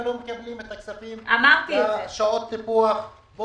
לא מקבלים את הכספים לשעות הטיפוח.